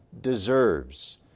deserves